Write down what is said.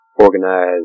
Organize